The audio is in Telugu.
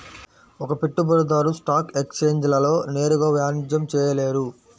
ఒక పెట్టుబడిదారు స్టాక్ ఎక్స్ఛేంజ్లలో నేరుగా వాణిజ్యం చేయలేరు